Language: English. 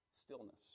stillness